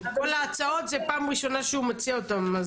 כל ההצעות זה פעם ראשונה שהוא מציע אותן.